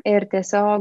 ir tiesiog